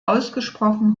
ausgesprochen